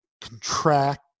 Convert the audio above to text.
contract